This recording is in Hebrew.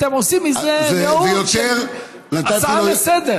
אתם עושים מזה נאום של הצעה לסדר-היום.